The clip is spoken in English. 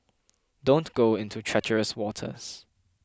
don't go into treacherous waters